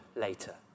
later